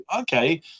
Okay